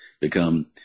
become